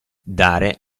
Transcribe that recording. dare